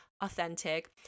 authentic